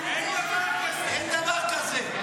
אין דבר כזה.